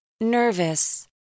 Nervous